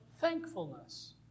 thankfulness